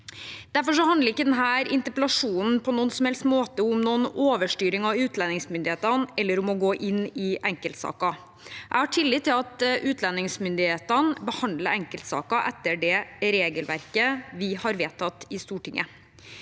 Derfor handler ikke denne interpellasjonen på noen som helst måte om en overstyring av utlendingsmyndighetene eller om å gå inn i enkeltsaker. Jeg har tillit til at utlendingsmyndighetene behandler enkeltsaker etter det regelverket vi har vedtatt i Stortinget.